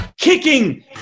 Kicking